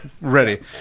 ready